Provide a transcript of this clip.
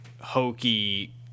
hokey